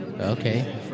Okay